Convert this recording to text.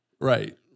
Right